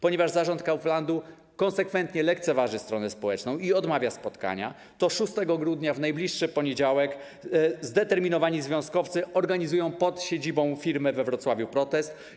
Ponieważ zarząd Kauflandu konsekwentnie lekceważy stronę społeczną i odmawia spotkania, 6 grudnia, w najbliższy poniedziałek, zdeterminowani związkowcy organizują pod siedzibą firmy we Wrocławiu protest.